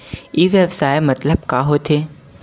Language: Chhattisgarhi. ई व्यवसाय मतलब का होथे?